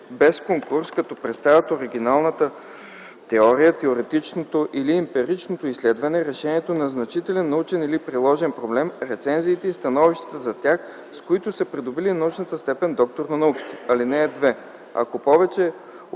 без конкурс, като представят оригиналната теория, теоретичното или емпиричното изследване, решението на значителен научен или приложен проблем, рецензиите и становищата за тях, с които са придобили научната степен „доктор на науките”. (2) Ако повече